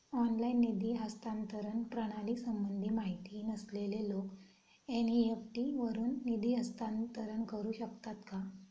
Online निधी हस्तांतरण प्रणालीसंबंधी माहिती नसलेले लोक एन.इ.एफ.टी वरून निधी हस्तांतरण करू शकतात का?